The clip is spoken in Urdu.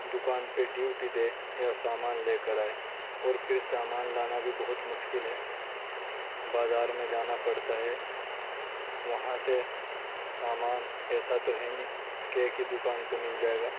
دکان پہ ڈیوٹی دے یا سامان لے کر آئے اور پھر سامان لانا بھی بہت مشکل ہے بازار میں جانا پڑتا ہے وہاں سے سامان ایسا تو ہے نہیں کہ ایک ہی دکان پہ مل جائے گا